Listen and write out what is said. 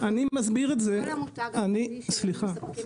נכון --- סליחה.